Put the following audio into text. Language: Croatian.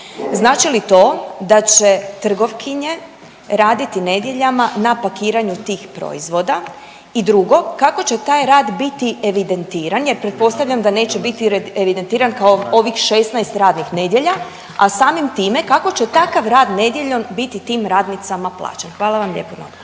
znači li to da će trgovkinje raditi nedjeljama na pakiranju tih proizvoda i drugo kako će taj rad biti evidentiran jer pretpostavljam da neće biti evidentiran kao ovih 16 radnih nedjelja, a samim time kako će takav rad nedjeljom biti tim radnicama plaćen? Hvala vam lijepo.